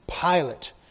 Pilate